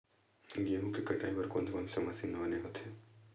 गेहूं के कटाई बर कोन कोन से मशीन बने होथे?